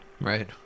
right